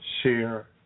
share